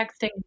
texting